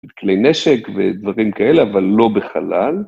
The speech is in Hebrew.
כלי נשק ודברים כאלה, אבל לא בחלל.